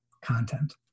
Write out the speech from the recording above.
content